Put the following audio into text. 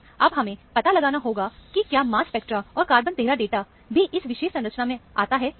अब हमें पता लगाना होगा कि क्या मास स्पेक्ट्रा और कार्बन 13 डाटा भी इस विशेष संरचना में आता है या नहीं